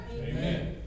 Amen